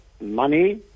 money